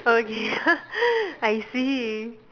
okay I see